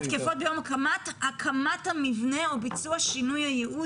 התקפות ביום הקמת המבנה או ביצוע שינוי הייעוד?